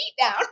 down